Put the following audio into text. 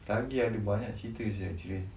lagi ada banyak cerita seh actually